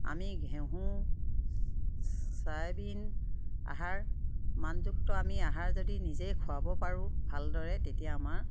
আমি ঘেঁহু চয়াবিন আহাৰ মানযুক্ত আমি আহাৰ যদি নিজেই খুৱাব পাৰোঁ ভালদৰে তেতিয়া আমাৰ